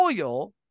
oil